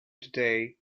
today